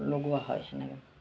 লগোৱা হয় তেনেকৈ